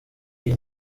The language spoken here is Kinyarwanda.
iyi